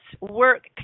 work